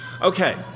Okay